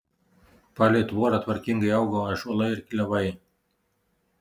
palei tvorą tvarkingai augo ąžuolai ir klevai